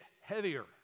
heavier